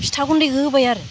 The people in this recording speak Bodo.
फिथा गुन्दैखौ होबाय आरो